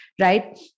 right